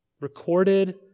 recorded